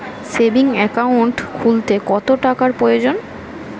Savings account খুলতে কত টাকার প্রয়োজন?